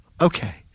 okay